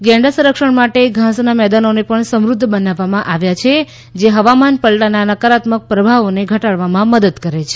ગેંડા સંરક્ષણ માટે ઘાસના મેદાનોને પણ સમૃદ્ધ બનાવવામાં આવ્યાં છે જે હવામાન પલટાના નકારાત્મક પ્રભાવોને ઘટાડવામાં મદદ કરે છે